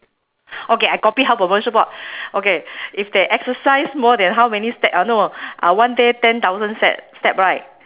okay I copy health promotion board okay if they exercise more than how many step uh no uh one day ten thousand set step right